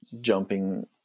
jumping –